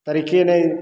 तरीके नहि